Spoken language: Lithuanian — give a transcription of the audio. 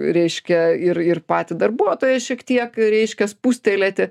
reiškia ir ir patį darbuotoją šiek tiek reiškia spustelėti